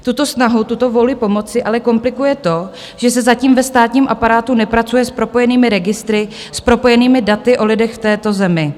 Tuto snahu, tuto vůli pomoci ale komplikuje to, že se zatím ve státním aparátu nepracuje s propojenými registry, s propojenými daty o lidech v této zemi.